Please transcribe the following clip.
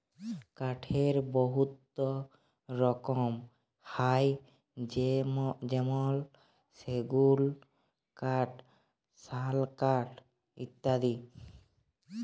কাঠের বহুত রকম হ্যয় যেমল সেগুল কাঠ, শাল কাঠ ইত্যাদি